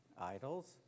idols